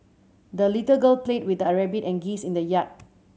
the little girl played with her rabbit and geese in the yard